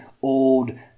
old